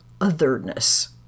otherness